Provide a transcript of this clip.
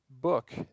book